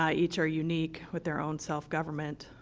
yeah each are unique with their own self government,